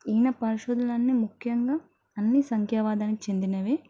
ఈయన పరిశోదలన్నీ ముఖ్యంగా అన్నీ సంఖ్యావాదానికి చెందినవే